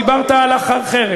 דיברת על חרם.